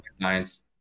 Science